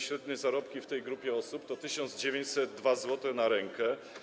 Średnie zarobki w tej grupie osób to 1902 zł na rękę.